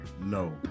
no